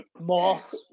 Moths